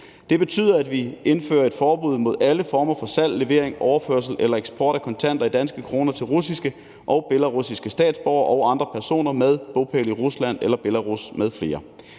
Det betyder, at vi indfører et forbud mod alle former for salg, levering, overførsel og eksport af kontanter i danske kroner til russiske og belarusiske statsborgere og andre personer med bopæl i Rusland eller Belarus m.fl.